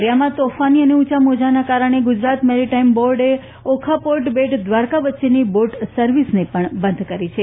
દરિયામાં તોફાની અને ઉંચા મોજાને કારણે ગુજરાત મેરીટાઇમ બોર્ડે ઓખા પોર્ટ બેટ દ્વારકા વચ્ચેની બોટ સર્વિસને બંધ કરાઇ છે